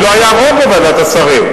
כי לא היה רוב בוועדת השרים.